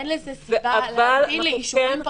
אין סיבה להמתין לאישורים פרטניים.